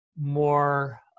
more